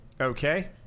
Okay